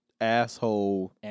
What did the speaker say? asshole